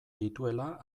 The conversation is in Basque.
dituela